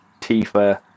Tifa